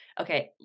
okay